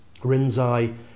Rinzai